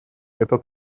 эта